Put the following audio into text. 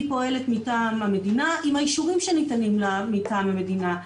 היא פועלת מטעם המדינה עם האישורים שניתנים לה מטעם המדינה,